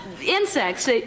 insects